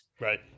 Right